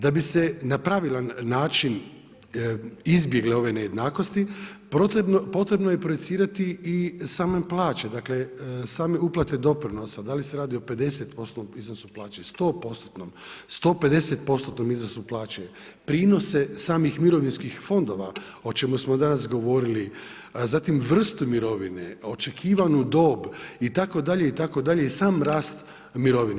Da bi se na pravilan način izbjegle ove nejednakosti, potrebno je projicirati i same plaće dakle same uplate doprinosa, da li se radi o 50%-om iznosu plaće, znači u 100%, 150% iznosu plaćanja, prinose samih mirovinskih fondova o čemu smo danas govorili, zatim vrstu mirovine, očekivanu dob itd. itd. i sam rast mirovine.